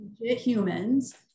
humans